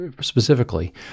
Specifically